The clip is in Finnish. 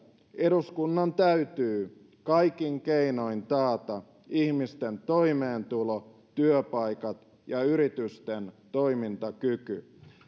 eduskunnan täytyy kaikin keinoin taata ihmisten toimeentulo työpaikat ja yritysten toimintakyky